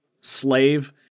slave